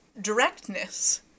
directness